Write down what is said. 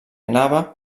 anava